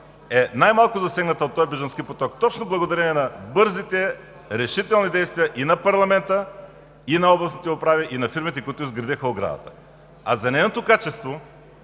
е най-малко засегната от този бежански поток точно благодарение на бързите, решителни действия и на парламента, и на областните управи, и на фирмите, които изградиха оградата. А за нейното качество